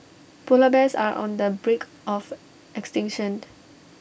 Polar Bears are on the brink of extinction